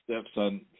Stepson